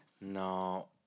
no